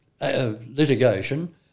litigation